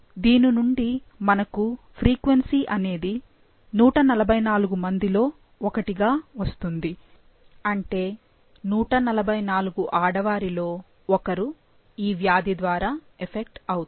దీని నుండి మనకు ఫ్రీక్వెన్సీ అనేది 144 మందిలో ఒకటిగా వస్తుంది అంటే 144 ఆడవారిలో ఒకరు ఈవ్యాధి ద్వారా ఎఫెక్ట్ అవుతారు